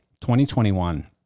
2021